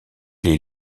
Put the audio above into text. est